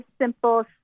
simple